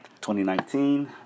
2019